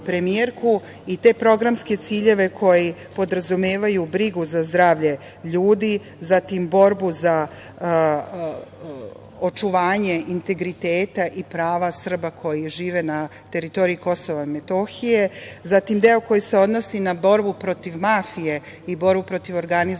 i te programske ciljeve koji podrazumevaju brigu za zdravlje ljudi, zatim, borbu za očuvanje integriteta i prava Srba koji žive na teritoriji Kosova i Metohije, zatim, deo koji se odnosi na borbu protiv mafije i borbu protiv organizovanog